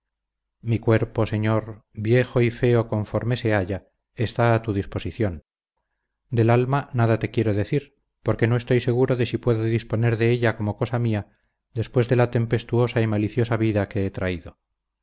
mi cuerpo señor viejo y feo conforme se halla está a tu disposición del alma nada te quiero decir porque no estoy seguro de si puedo disponer de ella como cosa mía después de la tempestuosa y maliciosa vida que he traído